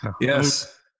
Yes